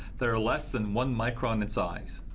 that are less than one micron in size.